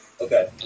Okay